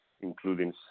including